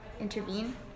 intervene